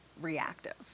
reactive